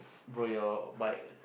bro your mic